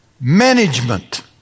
management